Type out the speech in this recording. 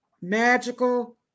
magical